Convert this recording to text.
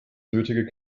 nötige